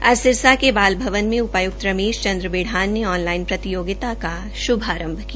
आज सिरसा के बाल भवन में उपायुक्त रमेश चन्द्र बिढ़ान ने ऑनलाइन प्रतियोगिता का शुभारंभ किया